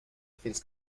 fins